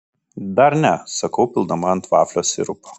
dar ne sakau pildama ant vaflio sirupą